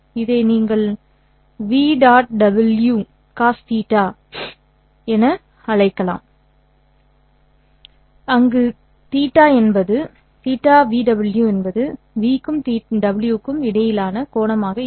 இதை நீங்கள் ¿∨v'∨¿∨¿ w' ∨¿ cos θvw எனக் காணலாம் அங்கு θvw என்பது v' க்கும் w' க்கும் இடையிலான கோணமாக இருக்கும்